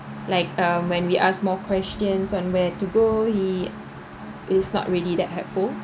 like uh when we ask more questions on where to go he he's not really that helpful